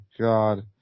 god